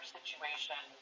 situation